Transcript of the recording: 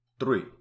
Three